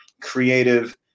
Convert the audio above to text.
creative